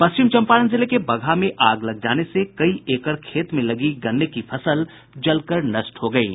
पश्चिम चंपारण जिले के बगहा में आग लग जाने से कई एकड़ खेत में लगी गन्ने की फसल जलकर नष्ट हो गयी